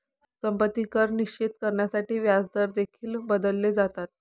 संपत्ती कर निश्चित करण्यासाठी व्याजदर देखील बदलले जातात